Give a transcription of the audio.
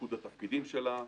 ומיקוד התפקידים שלה.